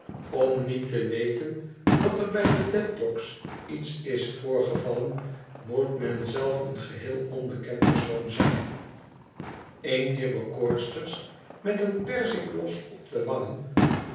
om niet te weten dat er bij de dedlock's iets is voorgevallen moet men zelf een geheel onbekend persoon zijn een dier bekoorsters met een perzikblos op de wangen